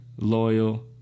loyal